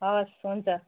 हवस् हुन्छ